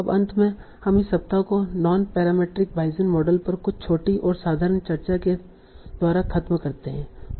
अब अंत में हम इस सप्ताह को नॉन पैरामीट्रिक बायेसियन मॉडल पर कुछ छोटी और साधारण चर्चा के द्वारा खत्म करते है